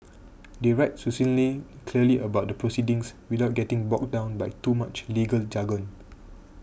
they write succinctly and clearly about the proceedings without getting bogged down by too much legal jargon